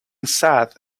sad